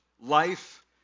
life